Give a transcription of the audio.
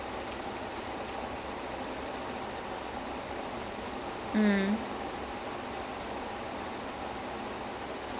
it's the classic thing of police versus thief lah but then in this case the police is also extremely cunning